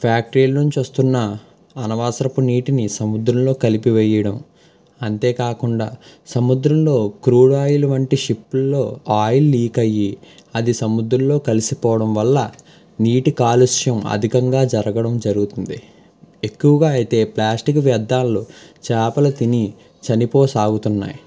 ఫ్యాక్టరీల నుంచి వస్తున్నా అనవసరపు నీటినీ సముద్రంలో కలిపి వేయడం అంతేకాకుండా సముద్రంలో క్రూడ్ ఆయిల్ వంటి షిప్పుల్లో ఆయిల్ లీక్ అయ్యి అది సముద్రంలో కలిసిపోవడం వల్ల నీటి కాలుష్యం అధికంగా జరగడం జరుగుతుంది ఎక్కువగా అయితే ప్లాస్టిక్ వ్యర్ధాలు చేపలు తిని చనిపో సాగుతున్నాయి